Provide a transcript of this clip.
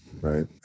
Right